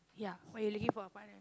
ya why you looking for a partner